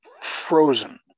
frozen